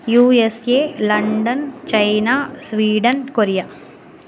you S A London China Sweden Korea